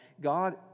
God